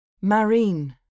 Marine